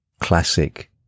Classic